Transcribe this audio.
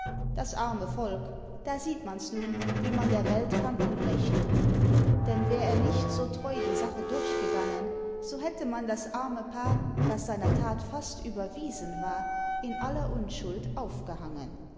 das arme volk da sieht mans nun wie man der welt kann unrecht tun denn wär er nicht so treu die sache durchgegangen so hätte man das arme paar das seiner tat fast überwiesen war in aller unschuld aufgehangen